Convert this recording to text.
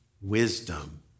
wisdom